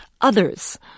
others